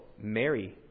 Mary